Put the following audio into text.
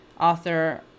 author